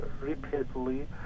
repeatedly